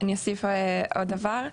אני אוסיף עוד דבר.